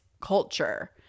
culture